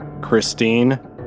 Christine